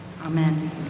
Amen